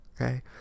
okay